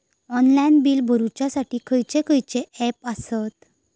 Online bill भरुच्यासाठी खयचे खयचे ऍप आसत?